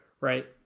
right